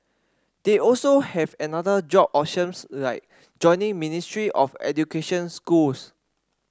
they also have another job options like joining Ministry of Education schools